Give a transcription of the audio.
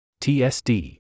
TSD